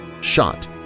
shot